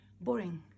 boring